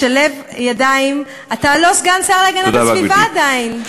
לשלב ידיים, אתה לא סגן השר להגנת הסביבה עדיין.